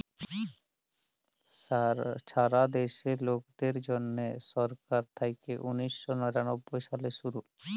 ছারা দ্যাশে লকদের জ্যনহে ছরকার থ্যাইকে উনিশ শ নিরানব্বই সালে শুরু